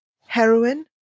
heroin